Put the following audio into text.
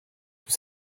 sous